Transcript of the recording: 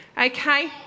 Okay